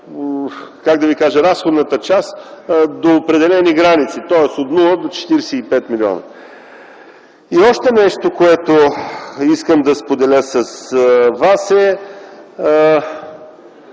и да поставяме разходната част до определени граници, тоест от нула до 45 милиона. Още нещо, което искам да споделя с вас.